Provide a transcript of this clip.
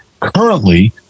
currently